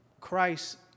Christ